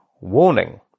warning